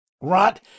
Rot